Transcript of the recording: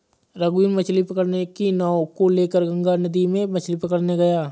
रघुवीर मछ्ली पकड़ने की नाव को लेकर गंगा नदी में मछ्ली पकड़ने गया